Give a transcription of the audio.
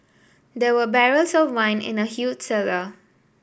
there were barrels of wine in the huge cellar